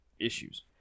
issues